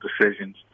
decisions